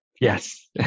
Yes